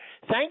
Thank